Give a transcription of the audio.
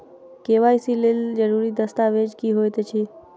KYC लेल जरूरी दस्तावेज की होइत अछि?